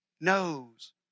knows